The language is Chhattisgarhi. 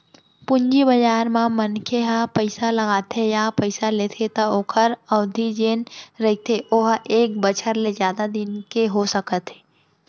पूंजी बजार म मनखे ह पइसा लगाथे या पइसा लेथे त ओखर अबधि जेन रहिथे ओहा एक बछर ले जादा दिन के हो सकत हे